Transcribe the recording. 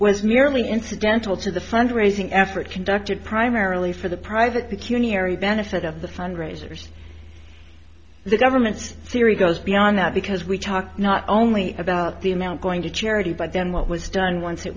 was merely incidental to the fundraising effort conducted primarily for the private b q nearly benefit of the fundraisers the government's theory goes beyond that because we talked not only about the amount going to charity but then what was done once it